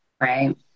right